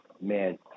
man